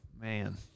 Man